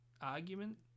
argument